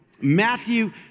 Matthew